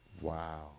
Wow